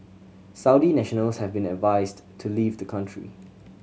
Saudi nationals have been advised to leave the country